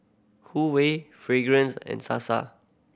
Huwei Fragrance and Sasa